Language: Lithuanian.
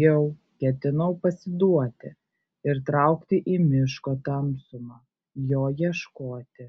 jau ketinau pasiduoti ir traukti į miško tamsumą jo ieškoti